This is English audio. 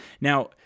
Now